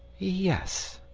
yes.